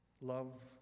love